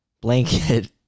blanket